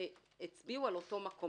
שהצביעו על אותו מקום.